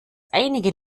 einige